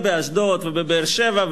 ובאשדוד ובבאר-שבע,